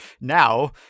now